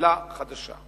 פעולה חדשה.